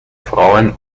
frauen